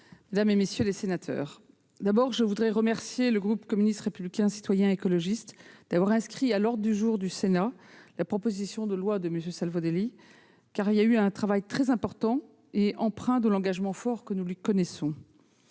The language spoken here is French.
mesdames, messieurs les sénateurs, je veux avant tout remercier le groupe communiste républicain citoyen et écologiste d'avoir fait inscrire à l'ordre du jour du Sénat la proposition de loi de M. Savoldelli, car il a mené un travail très important et empreint de l'engagement fort que nous lui connaissons.